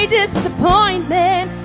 disappointment